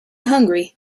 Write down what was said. hungry